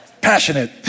passionate